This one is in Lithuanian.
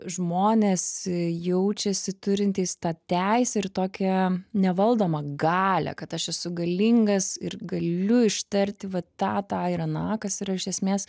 žmonės jaučiasi turintys tą teisę ir tokią nevaldomą galią kad aš esu galingas ir galiu ištarti vat tą tą ir aną kas yra iš esmės